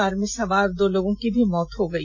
car में सवार दो लोगों की भी मौत हो गई